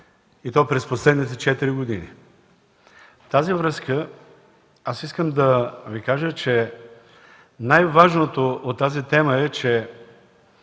и то през последните четири години. Във връзка с това аз искам да Ви кажа, че най-важното от тази тема е, че